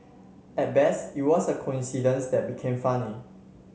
at best it was a coincidence that became funny